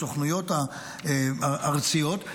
הסוכנויות הארציות,